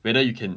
whether you can